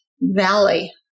valley